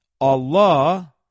Allah